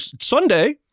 Sunday